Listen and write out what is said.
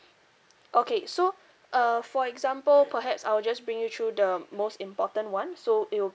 okay so uh for example perhaps I will just bring you through the most important one so it will